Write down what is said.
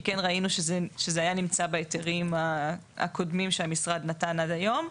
כן ראינו שזה היה נמצא בהיתרים הקודמים שהמשרד נתן עד היום,